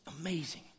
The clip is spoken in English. amazing